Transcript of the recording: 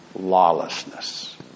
lawlessness